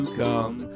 come